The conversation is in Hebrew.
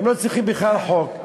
הם לא צריכים בכלל חוק.